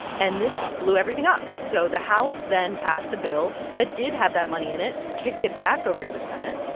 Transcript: and this blew everything up so the house then passed a bill that did have that money in it, kicked it back over to the senate.